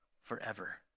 forever